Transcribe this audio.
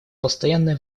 постоянное